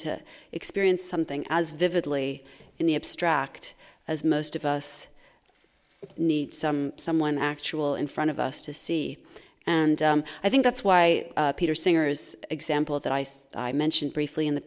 to experience something as vividly in the abstract as most of us need some someone actual in front of us to see and i think that's why peter singer's example that i said i mentioned briefly in the